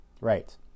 right